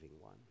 one